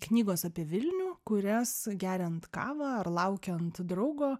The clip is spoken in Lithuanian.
knygos apie vilnių kurias geriant kavą ar laukiant draugo